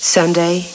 Sunday